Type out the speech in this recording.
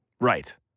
Right